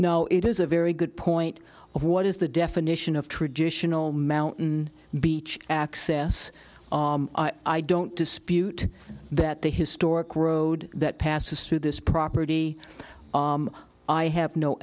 no it is a very good point of what is the definition of traditional mountain beach access i don't dispute that the historic road that passes through this property i have no